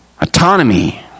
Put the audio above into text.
Autonomy